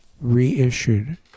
reissued